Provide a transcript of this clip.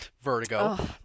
Vertigo